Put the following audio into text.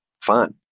fine